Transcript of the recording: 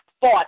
fought